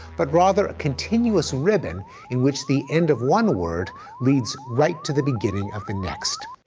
but rather a continuous ribbon in which the end of one word leads right to the beginning of the next.